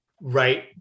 right